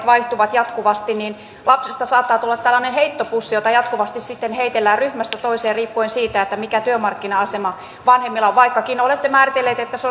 vaihtuvat jatkuvasti niin lapsesta saattaa tulla tällainen heittopussi jota jatkuvasti sitten heitellään ryhmästä toiseen riippuen siitä mikä työmarkkina asema vanhemmilla on vaikkakin olette määritelleet että se